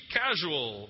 casual